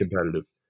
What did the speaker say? competitive